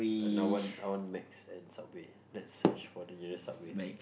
and I want Macs and Subway lets search for the nearest Subway